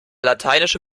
lateinische